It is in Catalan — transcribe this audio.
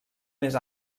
més